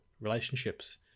relationships